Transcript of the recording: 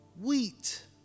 wheat